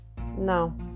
No